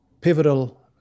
pivotal